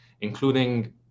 including